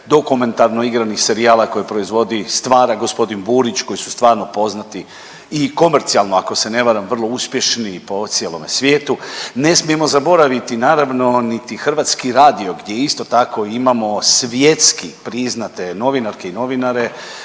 dokumentarno igranih serijala koje proizvodi, stvara gospodin Burić koji su stvarno poznati i komercijalno ako se ne varam vrlo uspješni po cijelome svijetu. Ne smije zaboraviti naravno niti Hrvatski radio gdje isto tako imamo svjetski priznate novinarke i novinare.